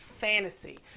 fantasy